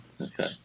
Okay